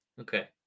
Okay